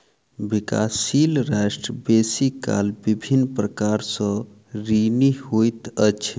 विकासशील राष्ट्र बेसी काल विभिन्न प्रकार सँ ऋणी होइत अछि